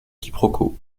quiproquo